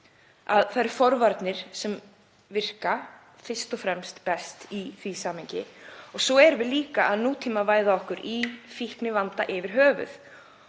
að það eru forvarnir sem virka fyrst og fremst best í því samhengi. Svo erum við líka að nútímavæða okkur í fíknivanda yfir höfuð.